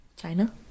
China